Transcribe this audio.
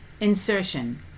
insertion